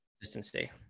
consistency